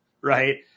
right